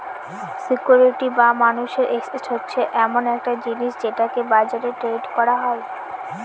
security বা মানুষের asset হচ্ছে এমন একটা জিনিস যেটাকে বাজারে ট্রেড করা যায়